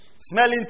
Smelling